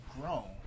grown